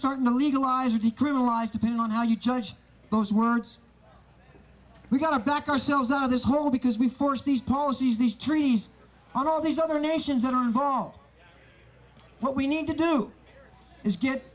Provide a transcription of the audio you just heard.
starting to legalize it decriminalized depending on how you judge those words we've got to back ourselves out of this hole because we force these policies these trees on all these other nations that are involved what we need to do is get